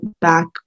back